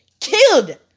killed